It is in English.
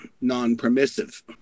non-permissive